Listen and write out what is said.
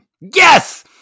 Yes